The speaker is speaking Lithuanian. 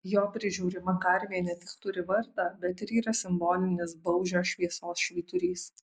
jo prižiūrima karvė ne tik turi vardą bet ir yra simbolinis baužio šviesos švyturys